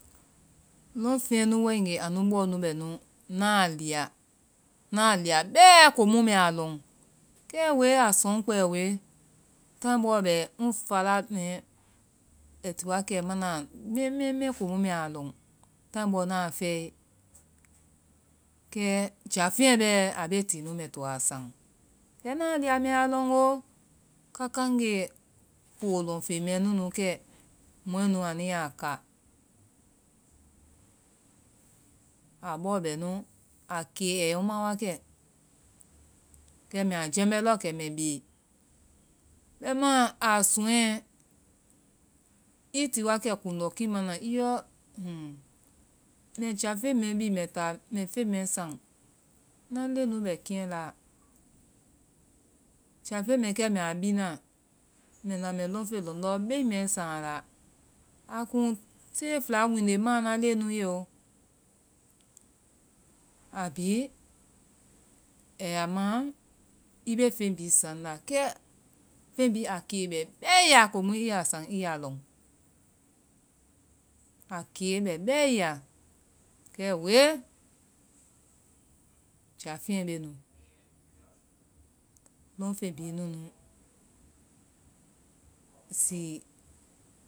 Lɔŋfeŋɛ nu waegee anu bɔɔ nu bɛ ŋna a liya, ŋna a liya bɛɛ komu mbɛ a lɔŋ, kɛ wee a soŋɔ kpɛɛ wee. Táai bɔɔ bɛ ŋ fala mɛɛ ai ma wakɛ mɛimɛi mɛi komu mbɛ a lɔŋ, táŋ bɔɔ ŋna a fɛe, kɛ jáfeŋɛ bɛɛ a bee ti nu mbɛ to a saŋ, kɛ ŋna a liya mbɛ lɔŋ oo, kaka ŋgee poo lɔŋfeŋ mɛɛ nu nu kɛ mɔɛ nu anu yaa ka, a bɔɔ bɛ nu a kee a yɛ ŋma wakɛ kɛ mbɛ a jɛmbɛ waɛ mbɛ bee, bɛmaa a suɔɛ, i ti wakɛ kuŋndɔkii mana i yɔ mbɛ jafeŋ mɛɛ bi mbɛ táa mbɛ feŋ mɛɛ saŋ, ŋna leŋɛ nu bɛ keŋɛ laa, jafeŋ mɛɛ kɛ mbɛ a bina mbɛ na mbɛ lɔŋfeŋ lɔndɔ́ beŋ mɛɛ saŋ a laa, a kuŋ tée fɛla wunde maã ŋna leŋɛ nu ye oo, a bhii a ya maã i bee feŋ bhii saŋnda i yaa lɔŋ, kɛ feŋ bhii a kee bɛ bɛɛ i ya kɛmu i yaa saŋ i yaa lɔ, a kee bɛ bɛɛ i ya, kɛ woe jafeŋɛ bee nu, leŋfeŋ bhii nunu zi